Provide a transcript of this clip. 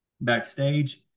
backstage